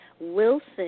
Wilson